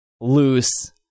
loose